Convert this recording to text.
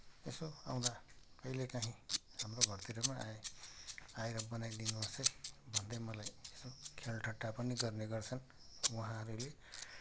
यसो आउँदा कहिलेकाहीँ हाम्रो घरतिर पनि आए आएर बनाइदिनु होस् है भन्दै मलाई यसो ख्यालठट्टा पनि गर्ने गर्छन् उहाँहरूले